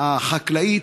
הפשיעה החקלאית,